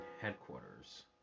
headquarters